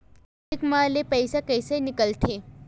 Cheque म ले पईसा कइसे निकलथे?